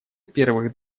первых